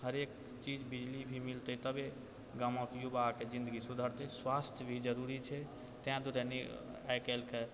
हरेक चीज बिजली भी मिलतै तबे गाँवके युवाके जिन्दगी सुधरतै स्वास्थ्य भी जरुरी छै तैं दुआरे नि आइ काल्हिके